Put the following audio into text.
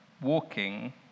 walking